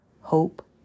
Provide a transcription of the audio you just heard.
hope